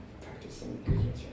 Practicing